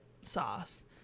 sauce